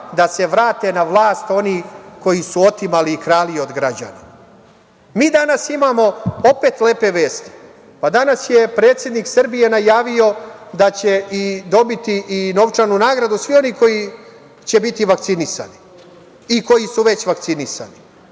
da se vrate na vlast oni koji su otimali i krali od građana. Mi danas imamo opet lepe vesti. Danas je predsednik Srbije najavio da će dobiti i novčanu nagradu svi oni koji će biti vakcinisani i koji su već vakcinisani.